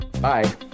Bye